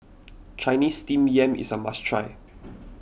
Chinese Steamed Yam is a must try